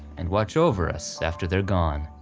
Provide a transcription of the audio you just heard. and watch over us after they're gone.